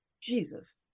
Jesus